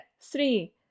Three